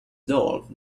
doll